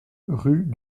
rue